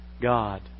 God